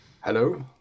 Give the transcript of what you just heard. Hello